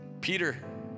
Peter